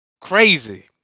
crazy